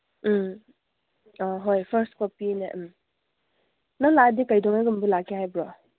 ꯎꯝ ꯑ ꯍꯣꯏ ꯐꯔꯁ ꯀꯣꯄꯤꯅꯦ ꯎꯝ ꯅꯪ ꯂꯥꯛꯑꯗꯤ ꯀꯗꯧꯉꯩꯒꯨꯝꯕ ꯂꯥꯛꯀꯦ ꯍꯥꯏꯕ꯭ꯔꯣ